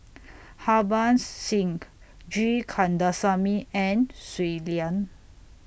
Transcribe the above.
Harbans Singh G Kandasamy and Shui Lan